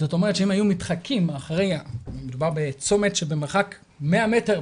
מדובר בצומת שבמרחק מאה מטר,